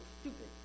stupid